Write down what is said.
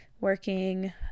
working